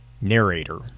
narrator